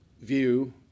view